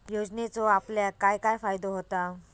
योजनेचो आपल्याक काय काय फायदो होता?